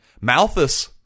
Malthus